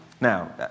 Now